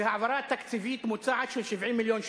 והעברה תקציבית מוצעת של 70 מיליון שקל.